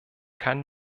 kann